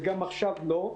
וגם עכשיו לא,